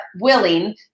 willing